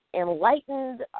enlightened